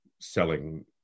selling